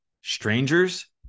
strangers